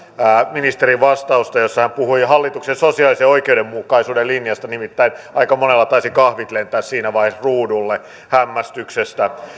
ministerin vastausta jossa hän puhui hallituksen sosiaalisen oikeudenmukaisuuden linjasta nimittäin aika monella taisivat kahvit lentää siinä vaiheessa ruudulle hämmästyksestä